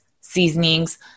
seasonings